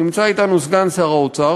נמצא אתנו סגן שר האוצר,